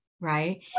right